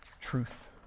truth